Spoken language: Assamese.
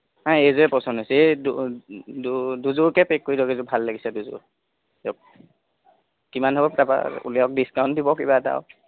নাই এইযোৰে পছন্দ হৈছে এই দুযোৰকে পেক কৰি দিয়ক এইযোৰ ভাল লাগিছে দুযোৰ দিয়ক কিমান হ'ব তাৰ পৰা উলিৱাওক ডিছকাউণ্ট দিব কিবা এটা আৰু